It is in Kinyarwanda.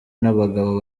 n’abagabo